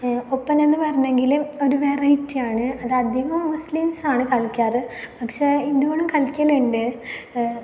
ഒപ്പന എന്ന് പറഞ്ഞെങ്കിൽ ഒരു വെറൈറ്റിയാണ് അത് അധികം മുസ്ലിംസ്സാണ് കളിക്കാറ് പക്ഷേ ഹിന്ദുകളും കളിക്കലുണ്ട്